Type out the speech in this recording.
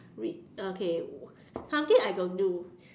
read okay something I don't do